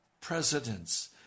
presidents